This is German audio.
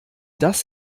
das